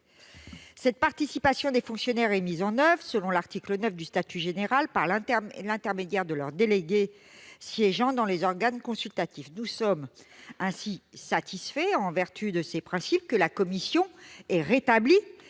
Cette participation des fonctionnaires est mise en oeuvre, selon l'article 9 du statut général, « par l'intermédiaire de leurs délégués siégeant dans les organes consultatifs ». Nous sommes ainsi satisfaits, en vertu de ces principes, que la commission ait rétabli